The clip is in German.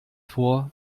vor